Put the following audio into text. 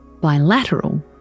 Bilateral